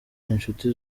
inshuti